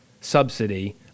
subsidy